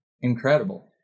Incredible